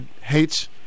hates